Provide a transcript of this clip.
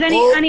אנחנו